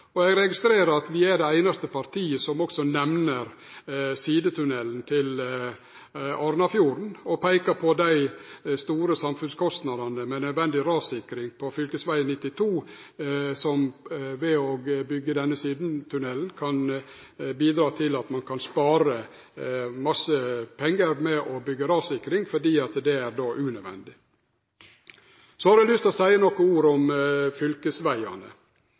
prosjektet. Eg registrerer at Framstegspartiet er det einaste partiet som også nemner sidetunnelen til Arnafjorden, og som peiker på dei store samfunnskostnadane med nødvendig rassikring på fv. 92. Å byggje denne sidetunnelen kan bidra til å spare mange pengar til bygging av rassikring, for det er då unødvendig. Eg har lyst til å seie nokre ord om fylkesvegane.